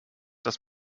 das